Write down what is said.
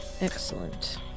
Excellent